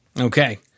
Okay